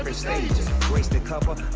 um stages graced a couple of